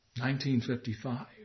1955